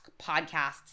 podcasts